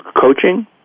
coaching